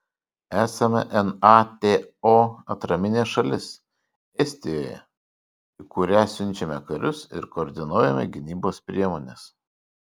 esame nato atraminė šalis estijoje į kurią siunčiame karius ir koordinuojame gynybos priemones